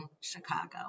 Chicago